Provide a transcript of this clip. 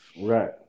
Right